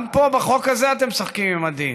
גם פה, בחוק הזה, אתם משחקים עם הדין,